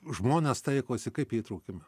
žmones taikosi kaip jie įtraukiami